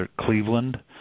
Cleveland